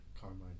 Carmine